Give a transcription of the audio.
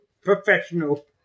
Professional